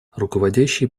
руководящие